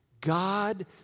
God